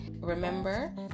remember